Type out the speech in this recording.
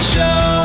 Show